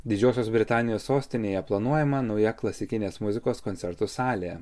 didžiosios britanijos sostinėje planuojama nauja klasikinės muzikos koncertų salė